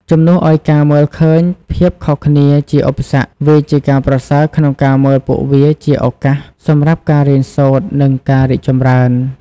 ជំនួសឱ្យការមើលឃើញភាពខុសគ្នាជាឧបសគ្គ វាជាការប្រសើរក្នុងការមើលពួកវាជាឱកាសសម្រាប់ការរៀនសូត្រ និងការរីកចម្រើន។